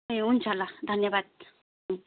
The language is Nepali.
ए हुन्छ ल धन्यवाद